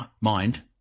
mind